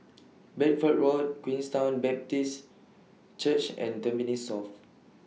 Bedford Road Queenstown Baptist Church and Tampines South